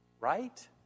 right